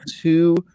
two